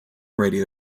radio